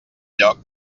lloc